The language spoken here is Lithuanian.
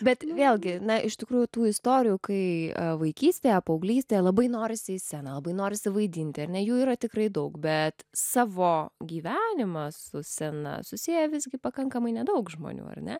bet vėlgi na iš tikrųjų tų istorijų kai vaikystėje paauglystėje labai norisi į sceną labai norisi vaidinti ar ne jų yra tikrai daug bet savo gyvenimą su scena susieja visgi pakankamai nedaug žmonių ar ne